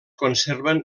conserven